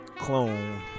clone